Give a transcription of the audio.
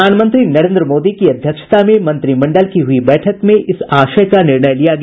प्रधानमंत्री नरेन्द्र मोदी की अध्यक्षता में मंत्रिमंडल की हुई बैठक में इस आशय का निर्णय लिया गया